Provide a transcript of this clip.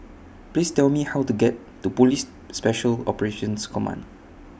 Please Tell Me How to get to Police Special Operations Command